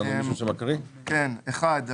אנחנו מתחילים עם סעיף ההגדרות.